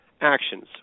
actions